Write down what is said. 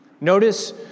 Notice